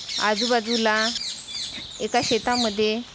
आजूबाजूला एका शेतामध्ये